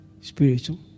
spiritual